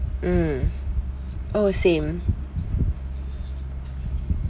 mm oh same